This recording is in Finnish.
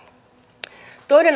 arvoisa puhemies